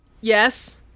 yes